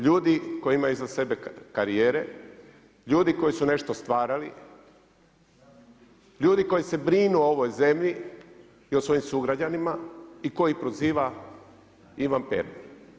Ljude koji imaju iza sebe karijere, ljude koji su nešto stvarali, ljude koji se brinu o ovoj zemlji i o svojim sugrađanima i koje proziva Ivan Pernar.